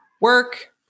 work